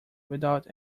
without